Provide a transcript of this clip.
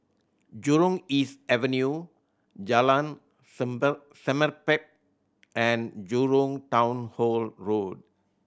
Jurong East Avenue Jalan Semerbak and Jurong Town Hall Road